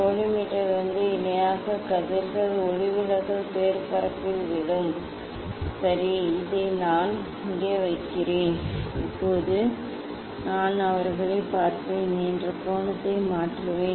கோலிமேட்டரிலிருந்து இணையான கதிர்கள் ஒளிவிலகல் மேற்பரப்பில் விழும் சரி இதை நான் இங்கே வைக்கிறேன் இப்போது இப்போது நான் அவர்களைப் பார்ப்பேன் என்ற கோணத்தை மாற்றுவேன்